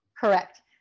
Correct